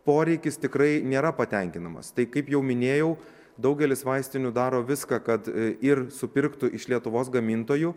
poreikis tikrai nėra patenkinamas tai kaip jau minėjau daugelis vaistinių daro viską kad ir supirktų iš lietuvos gamintojų